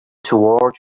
toward